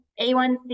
A1C